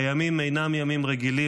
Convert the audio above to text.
הימים אינם ימים רגילים.